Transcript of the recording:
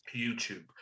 YouTube